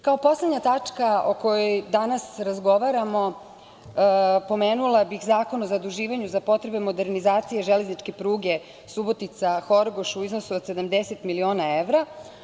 Kao poslednja tačka o kojoj danas razgovaramo pomenula bih Zakon o zaduživanju za potrebe modernizacije železničke pruge Subotica-Horgoš u iznosu od 70 miliona evra.